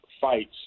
fights